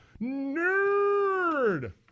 nerd